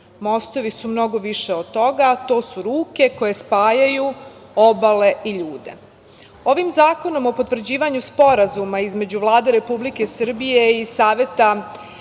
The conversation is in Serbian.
mostovi su mnogo više od toga, to su ruke koje spajaju obale i ljude. Ovim zakonom o potvrđivanju Sporazuma između Vlade Republike Srbije i Saveta